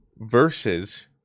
versus